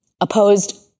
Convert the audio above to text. opposed